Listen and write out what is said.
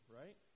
right